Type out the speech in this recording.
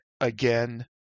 again